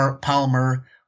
Palmer